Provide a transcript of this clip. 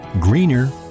greener